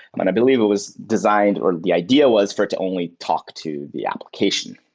and i believe it was designed or the idea was for it to only talk to the application.